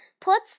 puts